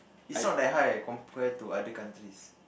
is not that high eh compared to other countries